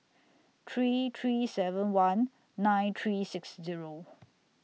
three three seven one nine three six Zero